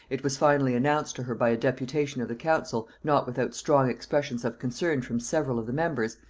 it was finally announced to her by a deputation of the council, not without strong expressions of concern from several of the members,